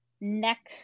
neck